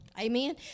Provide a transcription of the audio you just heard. Amen